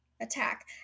attack